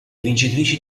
vincitrici